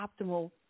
optimal